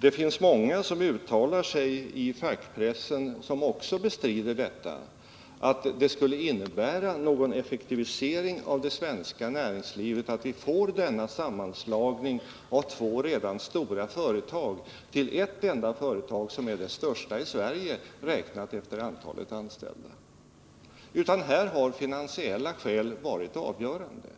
det finns också många som uttalar sig i fackpressen som bestrider detta — att det skulle innebära någon effektivisering av det svenska näringslivet om vi får denna sammanslagning av två redan stora företag till ett enda företag, som blir det största i Sverige, räknat efter antalet anställda. Här har finansiella motiv varit avgörande.